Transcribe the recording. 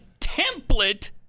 template